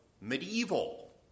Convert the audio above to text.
medieval